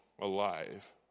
alive